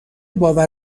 باور